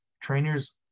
trainers